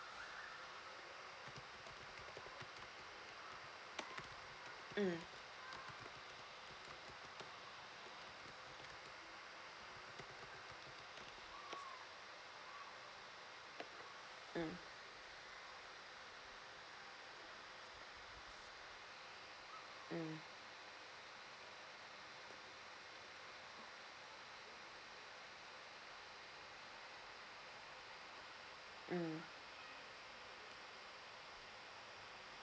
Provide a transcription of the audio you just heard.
mm mm mm mm